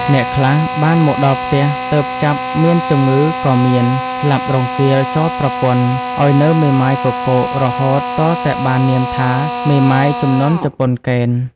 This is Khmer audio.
អ្នកខ្លះបានមកដល់ផ្ទះ ទើបចាប់មានជំងឺក៏មាន ស្លាប់រង្គាលចោលប្រពន្ធ ឲ្យនៅមេម៉ាយគគោក រហូតទាល់តែបាននាមថា "មេម៉ាយជំនាន់ជប៉ុនកេណ្ឌ"